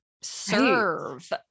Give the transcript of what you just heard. serve